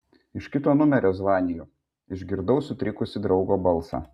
iš kito numerio zvaniju išgirdau sutrikusį draugo balsą